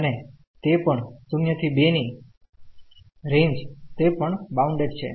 અને તે પણ 0 થી 2 ની રેન્જ તે પણ બાઉન્ડેડ છે